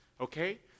Okay